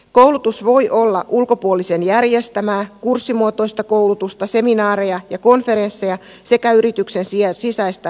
koulutus voi olla ulkopuolisen järjestämää kurssimuotoista koulutusta seminaareja ja konferensseja sekä yrityksen sisäistä koulutusta